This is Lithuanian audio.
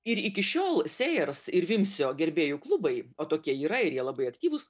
ir iki šiol sėjers ir vimsio gerbėjų klubai o tokie yra ir jie labai aktyvūs